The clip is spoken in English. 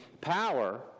power